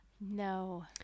No